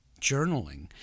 journaling